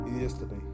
yesterday